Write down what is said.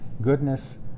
goodness